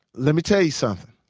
let me tell you something.